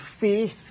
faith